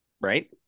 Right